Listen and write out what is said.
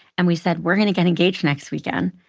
and we said, we're going to get engaged next weekend.